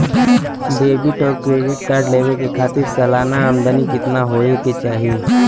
Debit और credit card लेवे के खातिर सलाना आमदनी कितना हो ये के चाही?